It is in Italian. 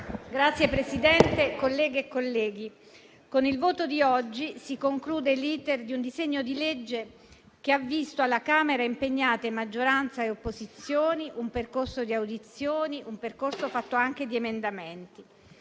Signor Presidente, colleghe e colleghi, con il voto di oggi si conclude l'*iter* di un disegno di legge che alla Camera ha visto impegnate maggioranza e opposizione, in un percorso di audizioni, fatto anche di emendamenti,